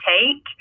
take